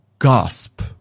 gasp